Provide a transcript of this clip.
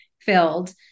filled